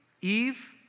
Eve